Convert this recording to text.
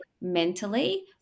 mentally